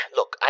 Look